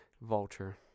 Vulture